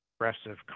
aggressive